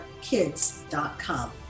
kids.com